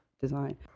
design